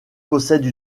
possède